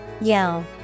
Yell